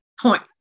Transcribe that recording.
Point